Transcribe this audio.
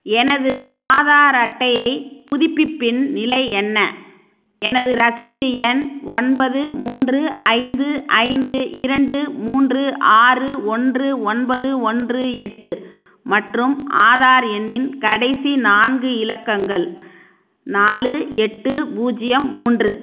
எனது ஆதார் அட்டையை புதுப்பிப்பின் நிலை என்ன எனது ரசீது எண் ஒன்பது மூன்று ஐந்து ஐந்து இரண்டு மூன்று ஆறு ஒன்று ஒன்பது ஒன்று எட்டு மற்றும் ஆதார் எண்ணின் கடைசி நான்கு இலக்கங்கள் நாலு எட்டு பூஜ்ஜியம் மூன்று